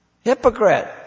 Hypocrite